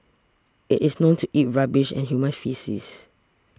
it is known to eat rubbish and human faeces